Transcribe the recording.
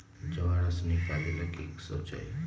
जमा राशि नकालेला कि सब चाहि?